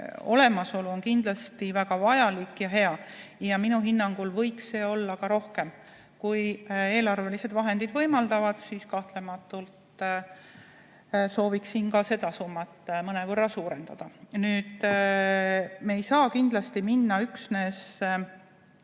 olemasolu kindlasti väga vajalik ja hea ning minu hinnangul võiks seda olla rohkem. Kui eelarvelised vahendid võimaldavad, siis kahtlemata sooviksin ka seda summat mõnevõrra suurendada. Kindlasti ei saa me minna üksnes